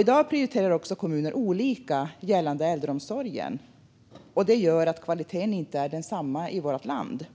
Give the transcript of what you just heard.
I dag prioriterar också kommuner olika gällande äldreomsorgen, vilket gör att kvaliteten inte är densamma överallt i vårt land.